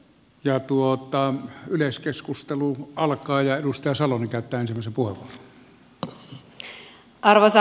ja tuottaa yleiskeskustelu alkaa ja rustosolun käyttöön arvoisa puhemies